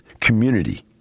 community